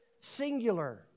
singular